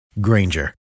Granger